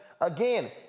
again